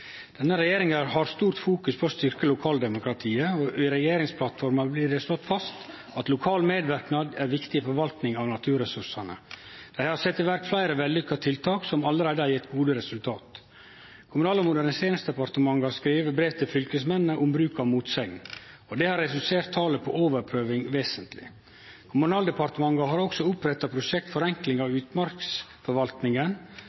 Denne regjeringa har stort fokus på å styrkje lokaldemokratiet, og i regjeringsplattforma blir det slått fast at lokal medverknad er viktig i forvaltninga av naturressursane. Dei har sett i verk fleire vellykka tiltak som allereie har gjeve gode resultat. Kommunal- og moderniseringsdepartementet har skrive brev til fylkesmennene om bruk av motsegn, og det har redusert talet på overprøving vesentleg. Kommunal- og moderniseringsdepartementet har også oppretta Prosjekt forenkling av